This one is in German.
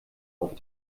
auf